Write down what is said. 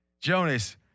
Jonas